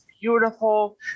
beautiful